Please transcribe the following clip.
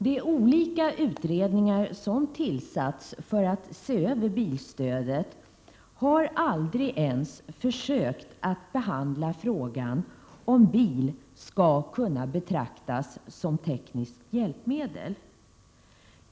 De olika utredningar som har tillsatts för att se över bilstödet har aldrig ens försökt att behandla frågan om bil skall kunna Prot. 1987/88:123 betraktas som tekniskt hjälpmedel.